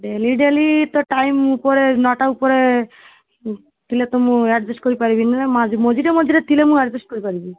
daily daily ତ time ମୁଁ ଉପରେ ନଅଟା ଉପରେ ଥିଲେ ତ ମୁଁ ଆଡ଼ଜଷ୍ଟ କରିପାରିବିନି ନା ମା ମଝିରେ ମଝିରେ ଥିଲେ ମୁଁ ଆଡ଼ଜଷ୍ଟ କରିପାରିବି